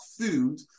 food